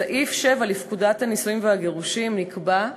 בסעיף 7 לפקודת הנישואין והגירושין נקבע,